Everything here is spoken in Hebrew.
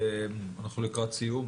אנחנו לקראת סיום.